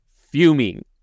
fuming